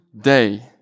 day